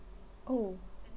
oh